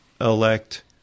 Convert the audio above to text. elect